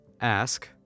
Ask